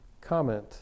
comment